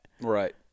Right